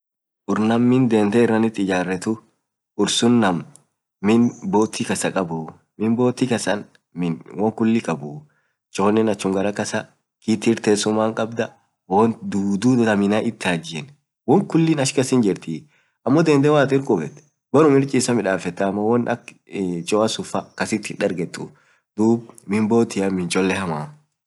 urr naam min dendee irrit ijaretuu urr suun naaam min boatii kassa kabuu, min boati kasaan min woan kulii kabuu, chooni achum kasaa kitii irr tesumatii woan tutuu minaa hitajieen woan kuliin ach hinjirtii, ammo dendee malaat irr kubeet baruum irr chisaa chalaa woan akk choa suun faa kasit hindargetuu duub min boati kasaa min cholle hamaa.